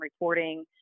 reporting